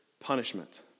punishment